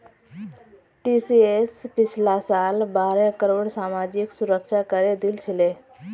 TCS पिछला साल बारह करोड़ सामाजिक सुरक्षा करे दिल छिले